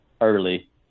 early